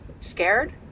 scared